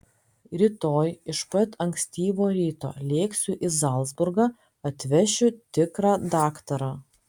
rytoj iš pat ankstyvo ryto lėksiu į zalcburgą atvešiu tikrą daktarą